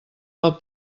del